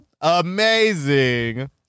Amazing